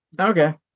Okay